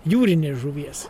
jūrinės žuvies